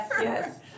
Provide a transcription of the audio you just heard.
yes